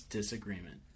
Disagreement